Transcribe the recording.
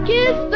Kiss